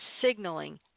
signaling